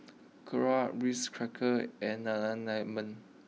Knorr Ritz Crackers and Nana Lemon